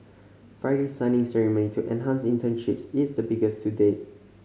Friday's signing ceremony to enhance internships is the biggest to date